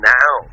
now